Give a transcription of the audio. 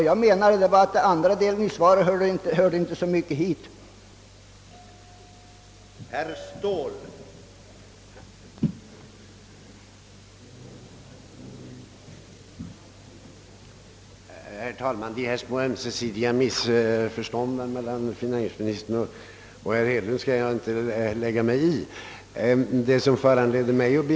Jag menar endast att andra delen av svaret inte så mycket hörde hit.